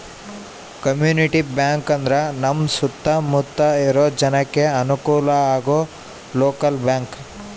community bank ಅಂದ್ರ ನಮ್ ಸುತ್ತ ಮುತ್ತ ಇರೋ ಜನಕ್ಕೆ ಅನುಕಲ ಆಗೋ ಲೋಕಲ್ ಬ್ಯಾಂಕ್